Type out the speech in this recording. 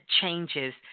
changes